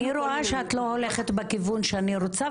אני רואה שאת לא הולכת בכיוון שאני רוצה,